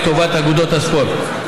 לטובת אגודות הספורט.